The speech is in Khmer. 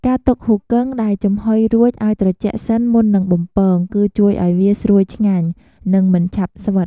ការទុកហ៊ូគឹងដែលចំហុយរួចឱ្យត្រជាក់សិនមុននឹងបំពង គឺជួយឱ្យវាស្រួយឆ្ងាញ់ និងមិនឆាប់ស្វិត។